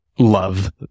Love